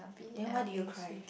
then why did you cry